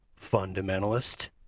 fundamentalist